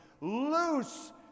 Loose